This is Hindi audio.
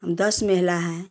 दस महिलाएं हैं